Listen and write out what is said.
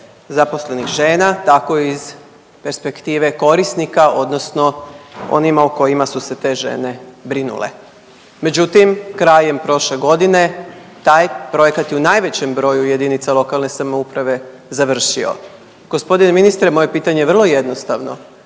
zaposlenih žena, tako iz perspektive korisnika, odnosno onima o kojima su se te žene brinule. Međutim, krajem prošle godine taj projekat je u najvećem broju jedinica lokalne samouprave završio. G. ministre, moje pitanje je vrlo jednostavno.